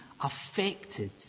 affected